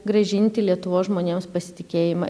grąžinti lietuvos žmonėms pasitikėjimą